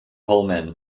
pullman